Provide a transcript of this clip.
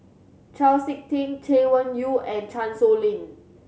Chau Sik Ting Chay Weng Yew and Chan Sow Lin